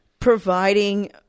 Providing